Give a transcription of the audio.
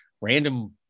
random